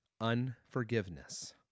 unforgiveness